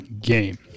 game